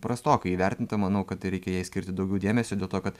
prastokai įvertinta manau kad t reikia jai skirti daugiau dėmesio dėl to kad